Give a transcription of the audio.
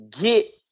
get